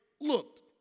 looked